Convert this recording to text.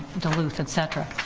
duluth, et cetera.